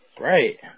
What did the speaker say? Right